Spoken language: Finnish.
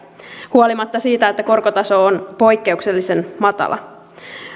huolimatta siitä että korkotaso on poikkeuksellisen matala